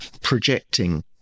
projecting